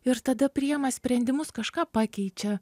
ir tada priema sprendimus kažką pakeičia